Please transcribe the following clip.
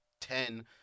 ten